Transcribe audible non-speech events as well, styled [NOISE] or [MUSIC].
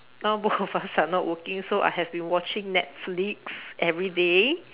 now both of [LAUGHS] us are not working so I have been watching netflix everyday